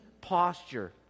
posture